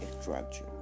structure